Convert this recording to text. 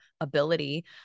ability